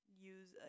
use